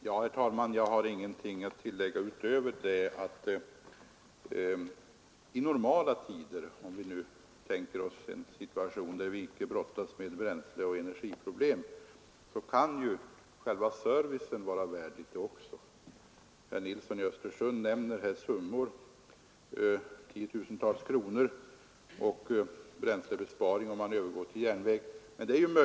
Herr talman! Jag har ingenting att tillägga utöver att det i normala tider — i en situation där vi icke brottas med bränsleoch energiproblem — kan ju själva servicen vara värd litet också. Herr Nilsson i Östersund nämner summor — tiotusentals kronor och bränslekvantiteter som kan sparas om man övergår till järnväg.